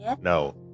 No